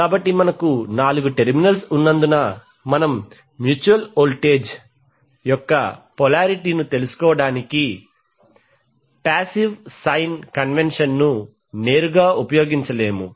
కాబట్టి మనకు నాలుగు టెర్మినల్స్ ఉన్నందున మనం మ్యూచువల్ వోల్టేజ్ యొక్క పొలారిటీ ను తెలుసుకోవడానికి పాశివ్ సైన్ కన్వెన్షన్ ను నేరుగా ఉపయోగించలేము